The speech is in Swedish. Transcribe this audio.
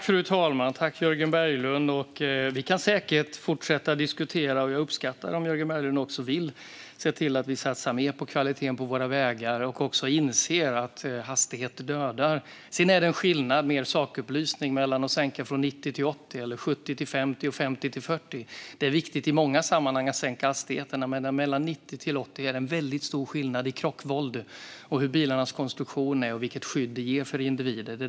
Fru talman! Jag tackar Jörgen Berglund för detta. Vi kan säkert fortsätta att diskutera detta. Och jag uppskattar om Jörgen Berglund också vill se till att vi satsar mer på kvaliteten på våra vägar och inser att hastighet dödar. Sedan är det en skillnad - mer sakupplysning - mellan att sänka från 90 till 80, från 70 till 50 eller från 50 till 40. Det är viktigt i många sammanhang att sänka hastigheten. Men när det gäller att sänka från 90 till 80 är det en väldigt stor skillnad i krockvåld, hur bilarnas konstruktion är och vilket skydd det ger för individer.